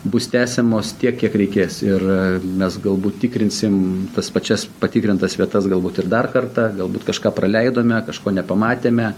bus tęsiamos tiek kiek reikės ir mes galbūt tikrinsim tas pačias patikrintas vietas galbūt ir dar kartą galbūt kažką praleidome kažko nepamatėme